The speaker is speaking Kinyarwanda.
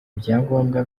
ibyangombwa